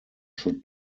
should